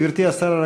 גברתי השרה,